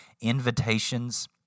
invitations